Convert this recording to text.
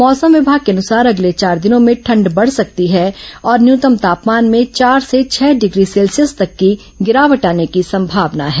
मौसम विभाग के अनुसार अगले चार दिनों में ठंड बढ़ सकती है और न्यूनतम तापमान में चार से छह डिग्री सेल्सियस तक की गिरावट आने की संभावना है